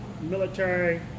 military